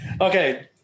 Okay